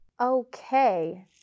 Okay